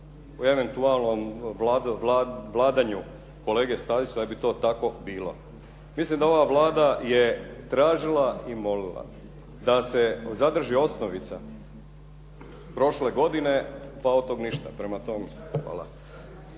u eventualnom vladanju kolege Stazića da bi to tako bilo. Mislim da ova Vlada je tražila i molila da se zadrži osnovica s prošle godine, pa od toga ništa. Prema tome, hvala.